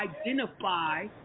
identify